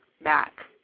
back